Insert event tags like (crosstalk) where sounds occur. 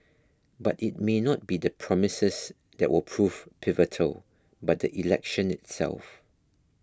but it may not be the (noise) promises that will prove pivotal but the election itself